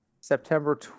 september